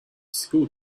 school